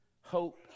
hope